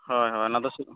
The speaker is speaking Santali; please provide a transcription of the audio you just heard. ᱦᱚᱭ ᱦᱚᱭ ᱚᱱᱟᱫᱚ